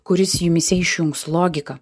kuris jumyse išjungs logiką